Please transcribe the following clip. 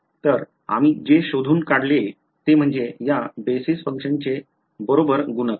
तर आम्ही जे शोधून काढले ते म्हणजे या बेस फंक्शन्सचे बरोबर गुणक